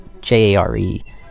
J-A-R-E